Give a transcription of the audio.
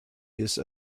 use